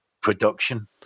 production